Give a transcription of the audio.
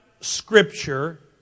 Scripture